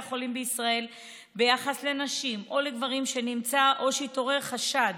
החולים בישראל ביחס לנשים או לגברים שנמצא או שהתעורר חשד